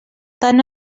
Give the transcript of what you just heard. tan